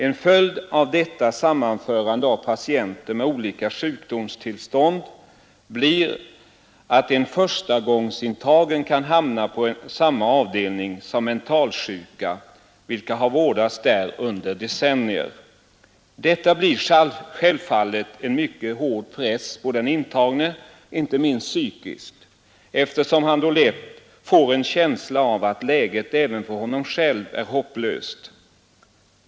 En följd av detta sammanförande av patienter med olika sjukdomstillstånd blir att en förstagångsintagen kan hamna på samma avdelning som mentalsjuka vilka har vårdats där under decennier. Detta blir självfallet en mycket hård press på den intagne, inte minst psykiskt, eftersom han då lätt får en känsla av att läget även för honom själv är hopplöst.